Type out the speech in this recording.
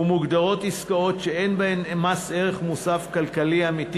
ומוגדרות עסקאות שאין בהן מס ערך מוסף כלכלי אמיתי,